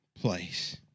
place